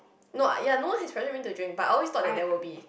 no ya no one has pressured me to drink but I always thought that there will be